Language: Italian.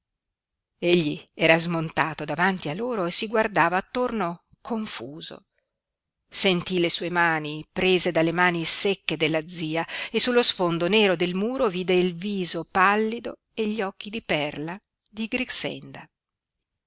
egli era smontato davanti a loro e si guardava attorno confuso sentí le sue mani prese dalle mani secche della zia e sullo sfondo nero del muro vide il viso pallido e gli occhi di perla di grixenda